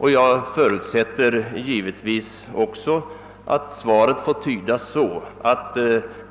Givetvis förutsätter jag också att svaret får tydas så, att